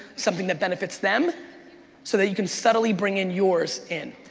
something that benefits them so that you can subtly bring in yours in.